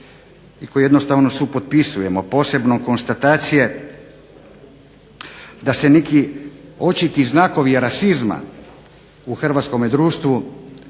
koje jednostavno supotpisujemo, posebno konstatacije da se niti očiti znakovi rasizma u hrvatskome društvu